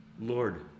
Lord